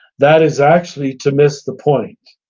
that is actually to miss the point.